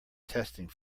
testing